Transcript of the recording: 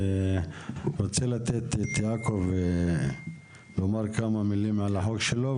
אני רוצה לתת ליעקב לומר כמה מילים על החוק שלו,